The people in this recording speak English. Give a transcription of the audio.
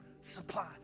supply